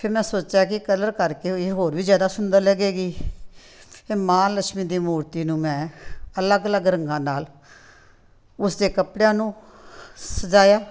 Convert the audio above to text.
ਫਿਰ ਮੈਂ ਸੋਚਿਆ ਕਿ ਕਲਰ ਕਰ ਕੇ ਇਹ ਹੋਰ ਵੀ ਜ਼ਿਆਦਾ ਸੁੰਦਰ ਲਗੇਗੀ ਅਤੇ ਮਾਂ ਲਕਸ਼ਮੀ ਦੀ ਮੂਰਤੀ ਨੂੰ ਮੈਂ ਅਲੱਗ ਅਲੱਗ ਰੰਗਾਂ ਨਾਲ ਉਸ ਦੇ ਕੱਪੜਿਆਂ ਨੂੰ ਸਜਾਇਆ